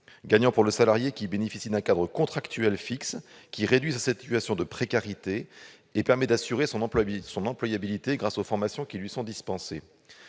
gagnant pour le salarié, qui bénéficie d'un cadre contractuel fixe qui réduit sa situation de précarité et permet d'assurer son employabilité grâce aux formations qui lui sont dispensées